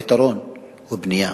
הפתרון הוא בנייה.